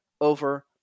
over